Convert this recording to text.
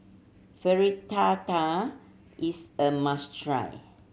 fritada is a must try